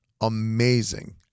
amazing